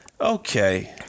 Okay